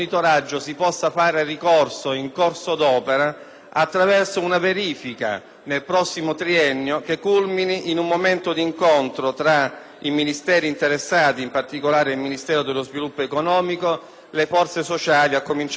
attraverso una verifica nel prossimo triennio che culmini in un momento d'incontro tra i Ministeri interessati, in particolare il Ministero dello sviluppo economico, e le forze sociali, a cominciare da quelle imprenditoriali e sindacali,